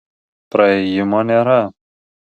praėjimo nėra